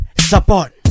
Support